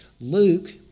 Luke